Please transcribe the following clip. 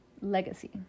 legacy